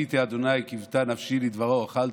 קויתי ה' קותה נפשי ולדברו הוחלתי.